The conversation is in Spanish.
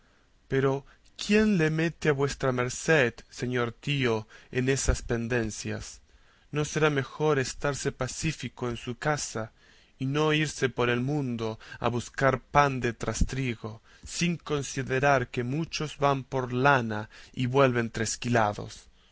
pero quién le mete a vuestra merced señor tío en esas pendencias no será mejor estarse pacífico en su casa y no irse por el mundo a buscar pan de trastrigo sin considerar que muchos van por lana y vuelven